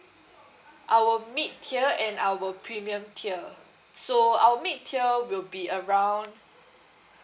our mid tier and our premium tier so our mid tier will be around